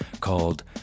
called